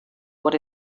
what